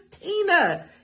tina